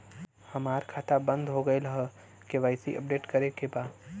हमार खाता बंद हो गईल ह के.वाइ.सी अपडेट करे के बा?